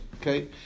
okay